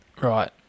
Right